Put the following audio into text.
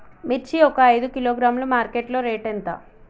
మిర్చి ఒక ఐదు కిలోగ్రాముల మార్కెట్ లో రేటు ఎంత?